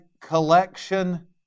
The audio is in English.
collection